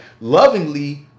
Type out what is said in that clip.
lovingly